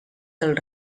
del